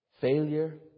failure